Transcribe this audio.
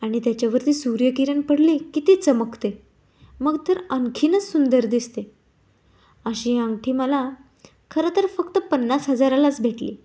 आणि त्याच्यावरती सूर्यकिरण पडले की ती चमकते मग तर आणखीनच सुंदर दिसते अशी अंगठी मला खरं तर फक्त पन्नास हजारालाच भेटली